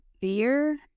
fear